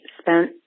spent